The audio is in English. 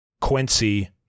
Quincy